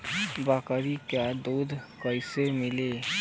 बकरी क दूध कईसे मिली?